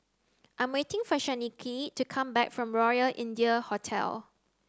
I'm waiting for Shanequa to come back from Royal India Hotel